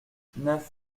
neuf